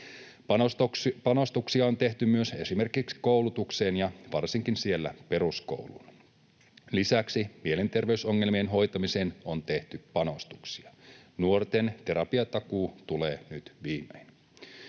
Panostuksia on tehty myös esimerkiksi koulutukseen ja siellä varsinkin peruskouluun. Lisäksi mielenterveysongelmien hoitamiseen on tehty panostuksia. Nuorten terapiatakuu tulee nyt viimein.